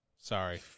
Sorry